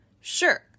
sure